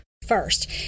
first